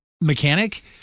mechanic